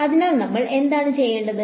അതിനാൽ നമ്മൾ എന്താണ് ചെയ്യേണ്ടത്